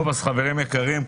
חברים יקרים,